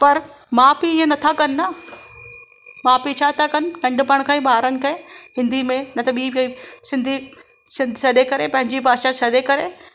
पर माउ पीउ ईअं नथा कनि माउ पीउ छा था कनि पंहिंजे पाण खां ई ॿारनि खे हिंदी में न त ॿी में सिंधी छॾे करे पंहिंजी भाषा छॾे करे